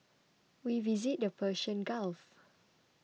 we visited the Persian Gulf